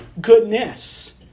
goodness